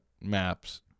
maps